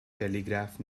telegraph